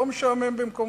לא משעמם במקומותינו.